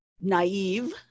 Naive